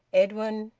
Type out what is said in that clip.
edwin,